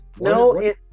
No